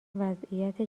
وضعیت